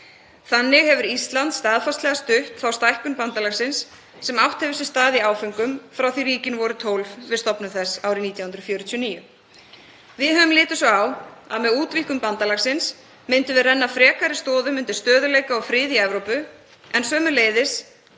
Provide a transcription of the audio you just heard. Þannig hefur Ísland staðfastlega stutt þá stækkun bandalagsins sem átt hefur sér stað í áföngum frá því að ríkin voru 12 við stofnun þess árið 1949. Við höfum litið svo á að með útvíkkun bandalagsins myndum við renna frekari stoðum undir stöðugleika og frið í Evrópu en sömuleiðis